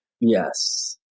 Yes